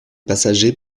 passagers